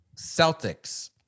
Celtics